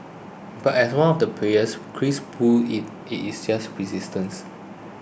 but as one of the players Chris puts it it's just persistence